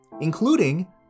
including